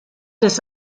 des